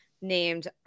named